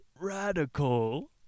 radical